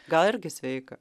gal irgi sveika